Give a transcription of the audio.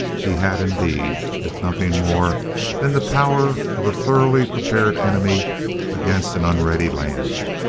he had indeed if nothing more than the power of a thoroughly prepared enemy against an unready land.